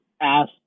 ask